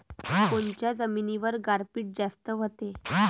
कोनच्या जमिनीवर गारपीट जास्त व्हते?